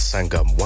Sangam